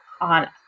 on